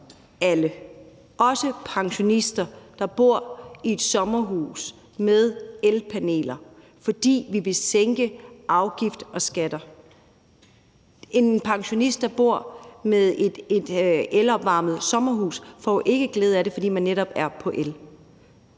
alle, inklusive pensionister, der bor i et sommerhus med elpaneler, fordi vi vil sænke afgifter og skatter. En pensionist, der bor i et elopvarmet sommerhus, får jo ikke glæde af det her, fordi vedkommende